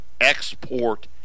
export